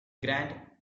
grand